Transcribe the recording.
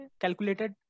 calculated